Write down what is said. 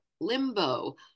limbo